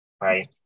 Right